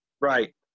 Right